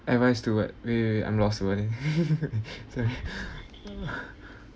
advise to what wait wait wait I'm lost already sorry